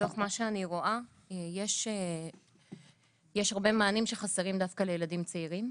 מתוך מה שאני רואה יש הרבה מענים שחסרים דווקא לילדים צעירים.